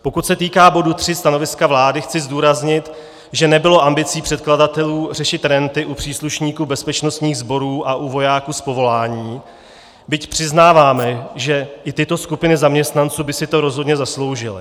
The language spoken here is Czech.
Pokud se týká bodu 3 stanoviska vlády, chci zdůraznit, že nebylo ambicí předkladatelů řešit renty u příslušníků bezpečnostních sborů a u vojáků z povolání, byť přiznáváme, že i tyto skupiny zaměstnanců by si to rozhodně zasloužily.